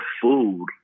food